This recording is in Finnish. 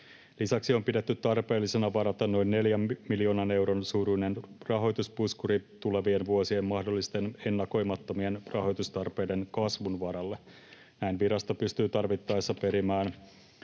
Lisäksi on pidetty tarpeellisena varata noin 4 miljoonan euron suuruinen rahoituspuskuri tulevien vuosien mahdollisten ennakoimattomien rahoitustarpeiden kasvun varalle. Näin virasto pystyy tarvittaessa perimään